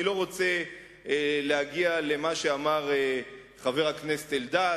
אני לא רוצה להגיע למה שאמר חבר הכנסת אלדד,